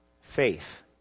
faith